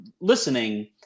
listening